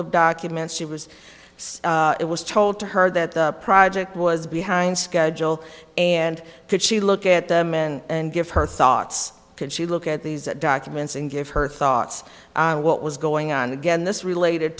of documents she was it was told to her that the project was behind schedule and could she look at them and give her thoughts could she look at these documents and give her thoughts on what was going on again this related